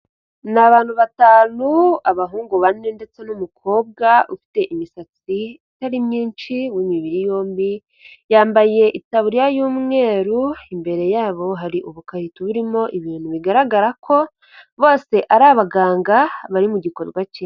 Ni abantu batanu abahungu bane ndetse n'umukobwa ufite imisatsi itari myinshi w'imibiri yombi, yambaye itaburiya y'umweru imbere yabo hari ubukarito burimo ibintu bigaragara ko bose ari abaganga bari mu gikorwa.